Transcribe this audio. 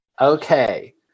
okay